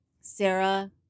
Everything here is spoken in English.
Sarah